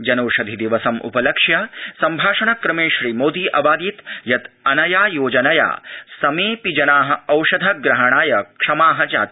जनौषधि दिवसम् उपलक्ष्य सम्भाषण क्रमे श्रीमोदी अवादीत् यत् अनया योजनया समेऽपि जना औषध ग्रहणाय क्षमा जाता